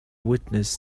witness